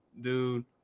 dude